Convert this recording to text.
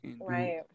right